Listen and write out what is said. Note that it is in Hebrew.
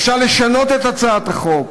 אפשר לשנות את הצעת החוק.